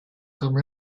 comme